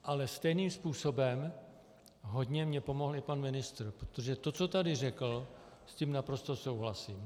Ale stejným způsobem hodně mi pomohl pan ministr, protože to, co tady řekl, s tím naprosto souhlasím.